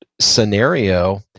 scenario